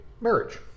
marriage